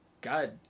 God